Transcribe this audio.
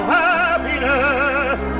happiness